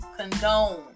condone